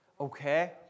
Okay